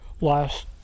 last